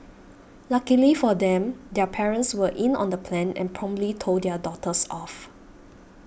luckily for them their parents were in on the plan and promptly told their daughters off